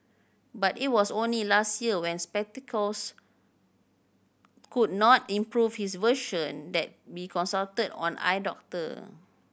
but it was only last year when spectacles could not improve his vision that be consulted on eye doctor